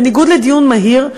בניגוד להצעה לדיון מהיר,